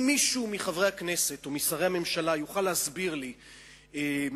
אם מישהו מחברי הכנסת או משרי הממשלה יוכל להסביר לי ברצינות,